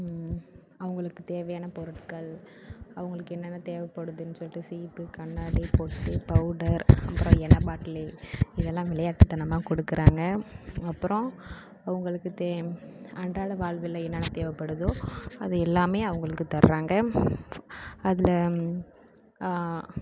அவர்களுக்கு தேவையான பொருட்கள் அவர்களுக்கு என்னென்ன தேவைப்படுதுனு சொல்லிட்டு சீப்பு கண்ணாடி பொட்டு பவுடர் அப்புறம் எண்ணெய் பாட்டில் இதெல்லாம் விளையாட்டுத்தனமா கொடுக்குறாங்க அப்புறம் அவர்களுக்கு தே அன்றாட வாழ்வில் என்னென்ன தேவைபடுதோ அது எல்லாமே அவர்களுக்கு தராங்க அதில்